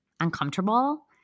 uncomfortable